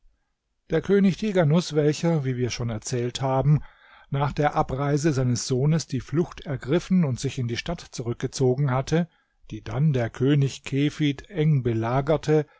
der könig tighanus weicher wie wir schon erzählt haben nach der abreise seines sohnes die flucht ergriffen und sich in die stadt zurückgezogen hatte die dann der könig kefid eng belagerte